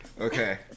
Okay